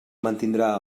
mantindrà